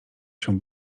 się